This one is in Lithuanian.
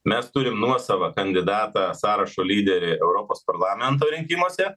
mes turim nuosavą kandidatą sąrašo lyderį europos parlamento rinkimuose